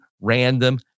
random